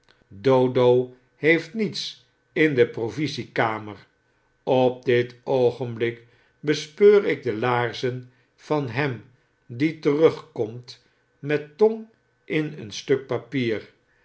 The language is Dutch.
dodo heeft nietsindeprovisie kamer op dit oogenblik bespeur ik de laarzen van hem die terugkomt met tong in een stuk papier